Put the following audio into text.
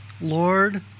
Lord